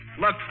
Look